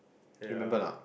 remember or not